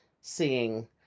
seeing